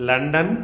London